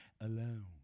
alone